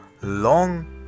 long